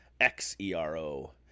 X-E-R-O